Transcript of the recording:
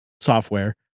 software